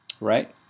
Right